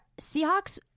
seahawks